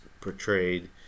portrayed